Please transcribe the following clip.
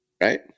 Right